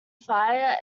fire